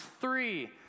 three